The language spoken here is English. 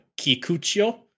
Kikuchio